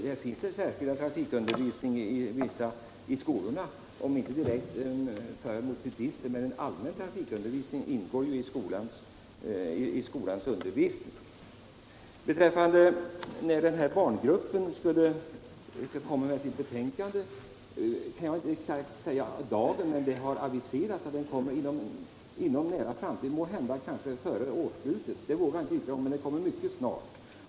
Det förekommer f. ö. redan trafikundervisning i skolorna, låt vara att den inte är direkt inriktad på mopedisterna utan mera är en allmän trafikundervisning. Jag kan inte exakt säga vilken dag arbetsgruppen kommer att avlämna sitt betänkande om barn och trafik. Man har emellertid aviserat att det skall komma inom en nära framtid. Jag vågar inte säga om det kommer redan i år, men det blir i alla fall mycket snart.